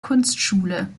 kunstschule